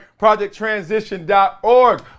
ProjectTransition.org